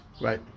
right